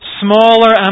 smaller